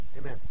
Amen